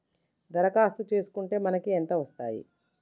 దరఖాస్తు చేస్కుంటే మనకి ఎంత వస్తాయి?